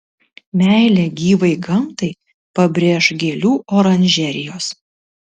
meilę gyvai gamtai pabrėš gėlių oranžerijos